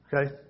Okay